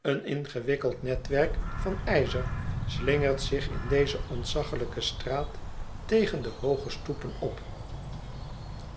een ingewikkeld netwerk van ijzer slingert zich in deze ontzaglijke straat tegen de hooge stoepen op